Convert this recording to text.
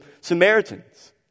Samaritans